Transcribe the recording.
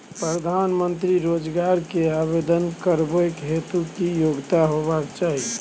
प्रधानमंत्री रोजगार के आवेदन करबैक हेतु की योग्यता होबाक चाही?